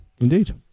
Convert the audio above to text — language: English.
Indeed